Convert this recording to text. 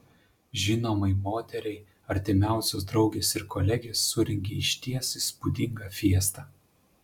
žinomai moteriai artimiausios draugės ir kolegės surengė išties įspūdingą fiestą